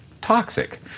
toxic